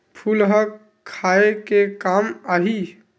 फूल ह खाये के काम आही?